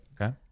Okay